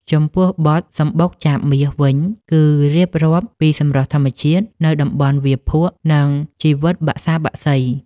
ចំពោះបទ «សំបុកចាបមាស» វិញ គឺរៀបរាប់ពីសម្រស់ធម្មជាតិនៅតំបន់វាលភក់ និងជីវិតបក្សាបក្សី។